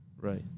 Right